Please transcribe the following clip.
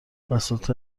بساط